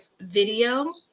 video